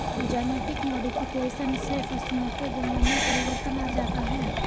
genetic modification से फसलों के गुणों में परिवर्तन आ जाता है